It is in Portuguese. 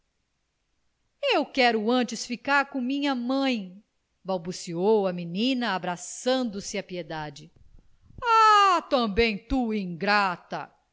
eu quero antes ficar com minha mãe balbuciou a menina abraçando se a piedade ah também tu ingrata